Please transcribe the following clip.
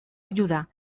ayuda